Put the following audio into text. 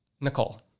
Nicole